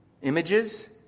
images